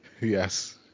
Yes